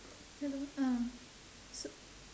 hello uh s~